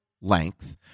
length